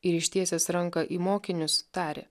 ir ištiesęs ranką į mokinius tarė